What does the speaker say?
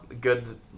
good